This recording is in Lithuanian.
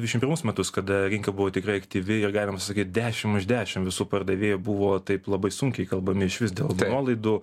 dvidešimt pirmus metus kada rinka buvo tikrai aktyvi ir galim sakyt dešimt dešimt visų pardavėjų buvo taip labai sunkiai įkalbami išvis dėl nuolaidų